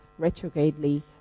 retrogradely